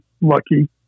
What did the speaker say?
lucky